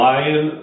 Lion